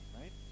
right